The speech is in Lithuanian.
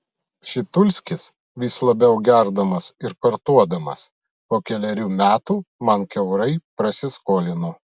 pšitulskis vis labiau gerdamas ir kortuodamas po kelerių metų man kiaurai prasiskolino